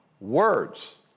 words